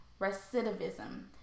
recidivism